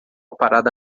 parada